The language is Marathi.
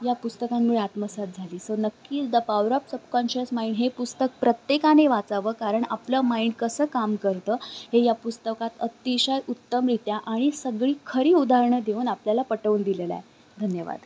या पुस्तकांमुळे आत्मसात झाली सो नक्कीच the power of subconscious mind हे पुस्तक प्रत्येकाने वाचावं कारण आपलं माइंड कसं काम करतं हे या पुस्तकात अतिशय उत्तमरित्या आणि सगळी खरी उदाहरणं देऊन आपल्याला पटवून दिलेलं आहे धन्यवाद